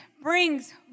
brings